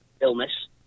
illness